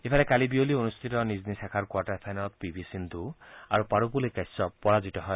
ইফালে কালি বিয়লি অনুষ্ঠিত নিজ নিজ শাখাৰ কোৱাৰ্টাৰ ফাইনেলত পি ভি সিদ্ধু আৰু পাৰুপল্লি কাশ্যপ পৰাজিত হয়